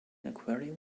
aquarium